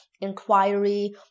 inquiry